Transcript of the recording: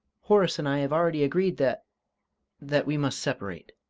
horace and i have already agreed that that we must separate.